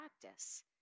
practice